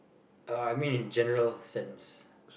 uh I mean in general sense